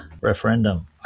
referendum